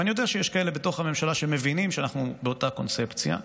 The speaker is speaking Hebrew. ואני יודע שיש כאלה בתוך הממשלה שמבינים שאנחנו באותה קונספציה,